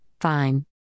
fine